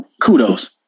kudos